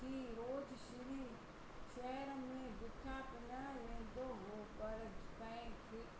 थी रोज श्री शहर में बिख्या पिनण वेंदो हुओ पर कंहिं